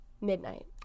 midnight